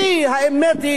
סגן שר האוצר,